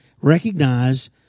Recognize